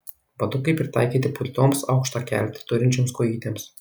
batukai pritaikyti putlioms aukštą keltį turinčioms kojytėms